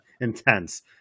Intense